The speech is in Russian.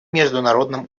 международном